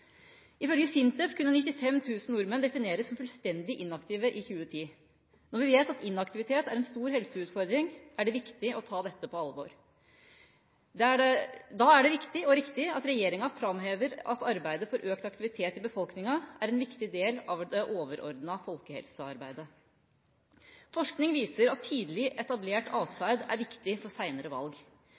Ifølge SINTEF kunne 95 000 nordmenn defineres som fullstendig inaktive i 2010. Når vi vet at inaktivitet er en stor helseutfordring, er det viktig å ta dette på alvor. Da er det viktig og riktig at regjeringa framhever at arbeidet for økt aktivitet i befolkninga er en viktig del av det overordnede folkehelsearbeidet. Forskning viser at tidlig etablert atferd er viktig for seinere valg.